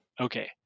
Okay